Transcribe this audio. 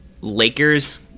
Lakers